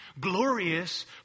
glorious